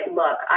look